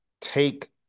take